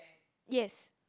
yes